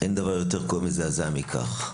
אין דבר יותר כואב ומזעזע מכך.